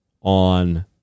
on